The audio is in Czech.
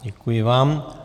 Děkuji vám.